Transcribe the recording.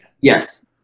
yes